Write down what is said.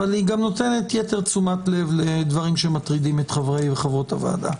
אבל היא גם נותנת יתר תשומת לב לדברים שמטרידים את חברי וחברות הוועדה.